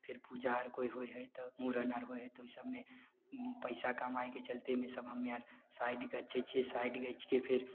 फेर पूजा आर कोइ होइ हइ तऽ मूड़न आर होइ हइ तऽ उ सबमे पैसा कमाइके चलते ई सब हम्मे आर साइट लै छियै साइट जाइ छियै फेर